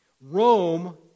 Rome